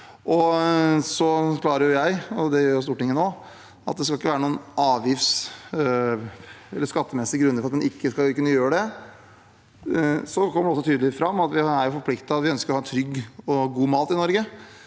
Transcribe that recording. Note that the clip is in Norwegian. så avklarer jeg – og det gjør Stortinget nå – at det ikke skal være noen skattemessige grunner for at en ikke skal kunne gjøre det. Så kommer det også tydelig fram at vi ønsker å ha trygg og god mat i Norge,